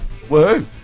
woohoo